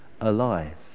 alive